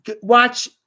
watch